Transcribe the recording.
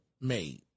made